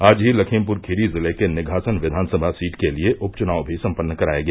आज ही लखीमपुर खीरी जिले के निघासन विधानसभा सीट के लिये उप चुनाव भी सम्पन्न कराया गया